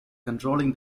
controlling